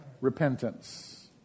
repentance